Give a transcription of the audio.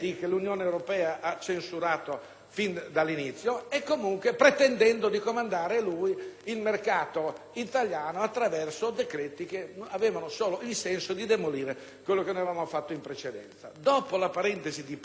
e comunque pretendendo di comandare il mercato italiano attraverso decreti che intendevano demolire quanto avevamo fatto in precedenza. Dopo la parentesi Di Pietro-Prodi, siamo tornati